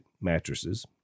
mattresses